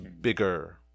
bigger